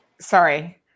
Sorry